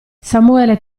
samuele